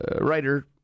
writer